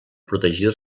protegir